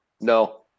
No